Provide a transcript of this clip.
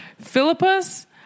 Philippus